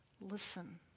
listen